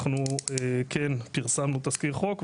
אנחנו כן פרסמנו תזכיר חוק,